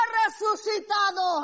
resucitado